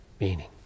meaning